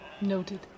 Noted